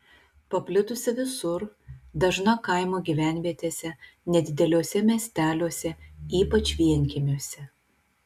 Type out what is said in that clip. paplitusi visur dažna kaimo gyvenvietėse nedideliuose miesteliuose ypač vienkiemiuose